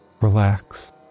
Relax